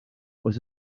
oes